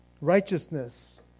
righteousness